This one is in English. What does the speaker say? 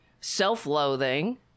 self-loathing